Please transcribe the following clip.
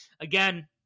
Again